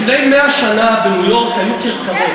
לפני 100 שנה בניו-יורק היו כרכרות,